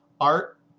art